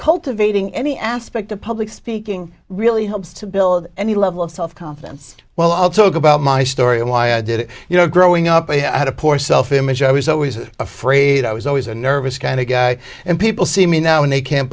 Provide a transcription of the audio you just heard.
cultivating any aspect of public thinking really helps to build any level of self confidence well i'll talk about my story and why i did it you know growing up i had a poor self image i was always afraid i was always a nervous kind of guy and people see me now and they can't